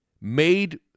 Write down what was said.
made